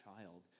child